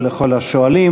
ולכל השואלים.